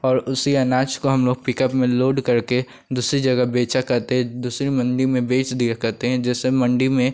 और उसी अनाज को हम लोग पिकअप में लोड करके दूसरी जगह बेचा करते हैं दूसरी मंडी में बेच दिया करते हैं जैसे मंडी में